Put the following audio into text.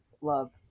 love